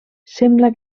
sembla